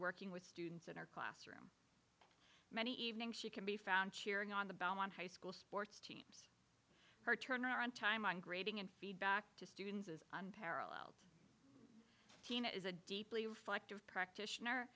working with students in her classroom many evenings she can be found cheering on the belmont high school sports team her turn around time on grading and feedback to students unparalleled tina is a deeply reflective practitioner